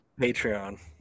Patreon